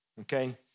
okay